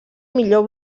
millor